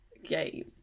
Game